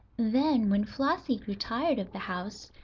then, when flossie grew tired of the house,